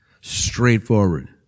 Straightforward